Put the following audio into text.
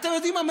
אתם יודעים מה?